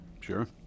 Sure